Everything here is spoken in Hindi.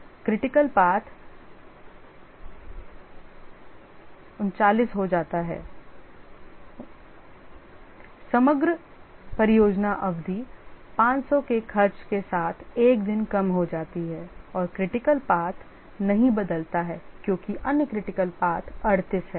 Critical path 39 हो जाता है समग्र परियोजना अवधि 500 के खर्च के साथ 1 दिन कम हो जाती है और critical path नहीं बदलता है क्योंकि अन्य critical path 38 है